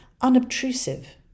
unobtrusive